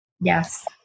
Yes